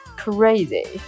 crazy